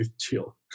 chill